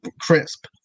crisp